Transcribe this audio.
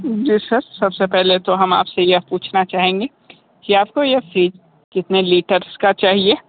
जी sir सबसे पहले तो हम आपसे यहाँ पूछना चाहेंगे कि आपको यह फ्रिज कितने लिटर्स का चाहिए